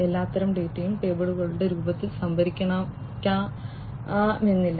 എല്ലാത്തരം ഡാറ്റയും ടേബിളുകളുടെ രൂപത്തിൽ സംഭരിക്കാമെന്നല്ല